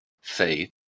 faith